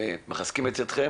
מחזקים את ידכם.